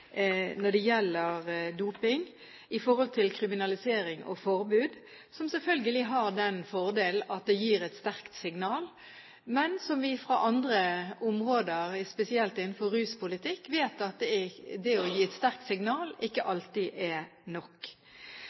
når det gjelder doping, i forhold til kriminalisering og forbud, som selvfølgelig har den fordel at det gir et sterkt signal, men som vi fra andre områder, spesielt innenfor ruspolitikk, vet at ikke alltid er